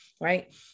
Right